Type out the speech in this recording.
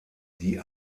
die